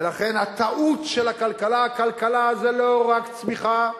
ולכן, הטעות של הכלכלה, כלכלה זה לא רק צמיחה,